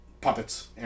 puppets